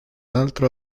altro